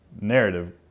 narrative